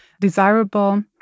desirable